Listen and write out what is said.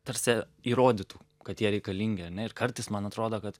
tarsi įrodytų kad jie reikalingi ane ir kartais man atrodo kad